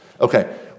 Okay